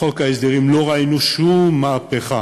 בחוק ההסדרים לא ראינו שום מהפכה